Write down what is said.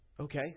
Okay